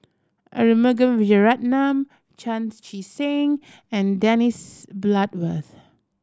Arumugam Vijiaratnam Chan Chee Seng and Dennis Bloodworth